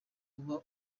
aba